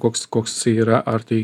koks koks jisai yra ar tai